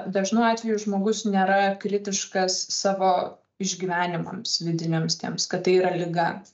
dažnu atveju žmogus nėra kritiškas savo išgyvenimams vidiniams tiems kad tai yra liga